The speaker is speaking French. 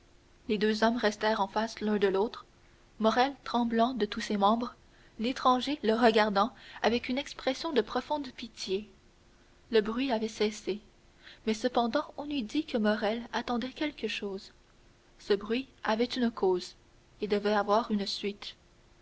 les deux hommes restèrent en face l'un de l'autre morrel tremblant de tous ses membres l'étranger le regardant avec une expression de profonde pitié le bruit avait cessé mais cependant on eût dit que morrel attendait quelque chose ce bruit avait une cause et devait avoir une suite